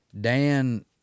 Dan